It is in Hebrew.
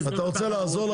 לא.